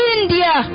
India